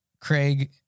craig